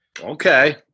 Okay